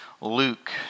Luke